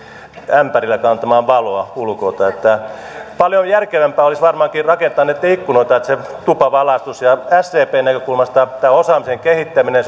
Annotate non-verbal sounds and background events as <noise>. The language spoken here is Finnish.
ämpärillä kantamaan valoa ulkoa paljon järkevämpää olisi varmaankin rakentaa niitä ikkunoita että se tupa valaistuisi sdpn näkökulmasta tämä osaamisen kehittäminen <unintelligible>